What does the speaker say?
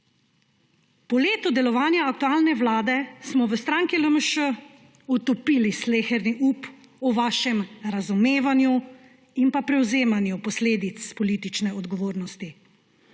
Po letu delovanja aktualne vlade smo v stranki LMŠ utopili sleherni up o vašem razumevanju in prevzemanju posledic politične odgovornosti.